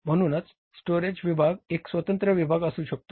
म्हणूनच स्टोरेज विभाग एक स्वतंत्र विभाग असू शकतो